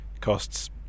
costs